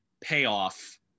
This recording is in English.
payoff